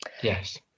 Yes